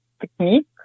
technique